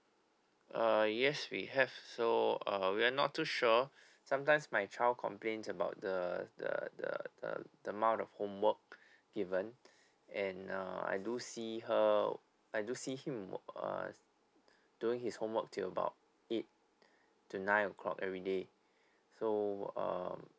uh yes we have so uh we're not too sure sometimes my child complains about the the the the the amount of homework given and uh I do see her I do see him err doing his homework till about eight to nine o'clock everyday so um